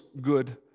good